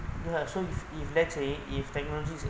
no lah so if if let's say if technology